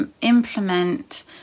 implement